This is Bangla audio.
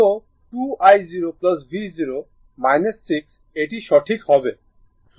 তো 2 i0 v0 6 এটি সঠিক হবে